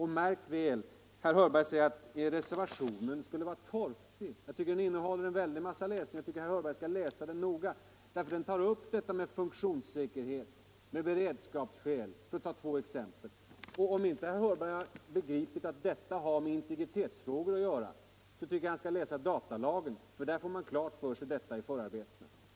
Herr Hörberg anser att reservationen skulle vara torftig. Jag tycker att den innehåller en väldig massa läsning — herr Hörberg bör läsa den noga. Den behandlar detta med funktionssäkerhet och beredskapsskäl, för att ta två exempel. Och om inte herr Hörberg har begripit att det här har med integritetsfrågor att göra, så tycker jag han skall läsa datalagen, för där får man klart för sig detta i förarbetena.